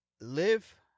Live